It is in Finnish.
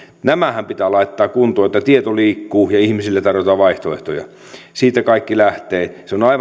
nämähän pitää laittaa kuntoon että tieto liikkuu ja ihmisille tarjotaan vaihtoehtoja siitä kaikki lähtee